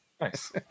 Nice